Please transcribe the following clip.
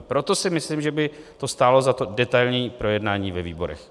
Proto si myslím, že by stálo za to detailní projednání ve výborech.